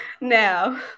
now